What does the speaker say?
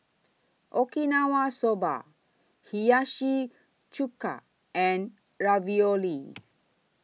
Okinawa Soba Hiyashi Chuka and Ravioli